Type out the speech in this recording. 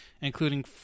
including